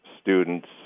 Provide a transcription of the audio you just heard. students